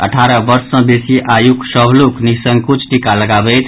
अठारह वर्ष सँ बेसी आयुक सभ लोक नि संकोच टीका लगाबैथि